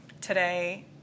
today